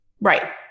Right